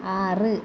ആറ്